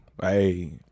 hey